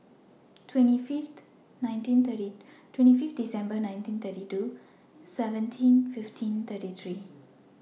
twenty Fifth Dec nineteen thirty two seventeen fifteen thirty three